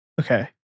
Okay